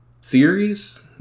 series